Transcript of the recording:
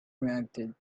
reacted